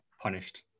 punished